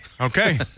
Okay